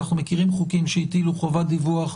אנחנו מכירים חוקים שהטילו חובת דיווח,